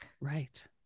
Right